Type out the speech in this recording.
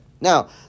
Now